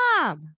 mom